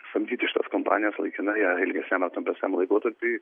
samdyti iš tos kompanijos laikinai ilgesniam ar trumpesniam laikotarpiui